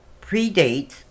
predates